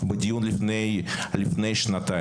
בדיון לפני שנתיים.